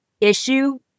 issue